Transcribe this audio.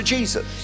Jesus